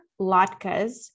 latkes